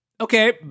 Okay